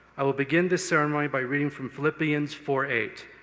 i will begin this ceremony by reading from philippians four eight.